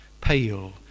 pale